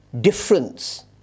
difference